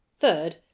Third